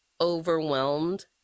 overwhelmed